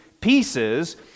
pieces